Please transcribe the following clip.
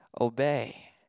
obey